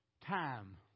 time